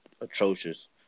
atrocious